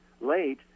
late